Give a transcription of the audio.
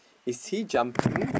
is he jumping